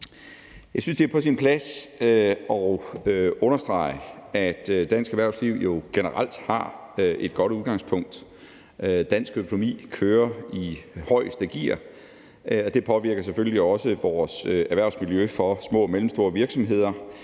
Jeg synes, det er på sin plads at understrege, at dansk erhvervsliv jo generelt har et godt udgangspunkt. Dansk økonomi kører i højeste gear, og det påvirker selvfølgelig også vores erhvervsmiljø for små og mellemstore virksomheder.